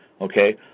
Okay